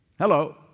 Hello